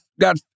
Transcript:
got